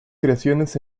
creaciones